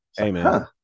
Amen